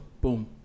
Boom